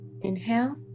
Inhale